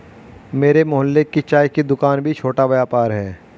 मेरे मोहल्ले की चाय की दूकान भी छोटा व्यापार है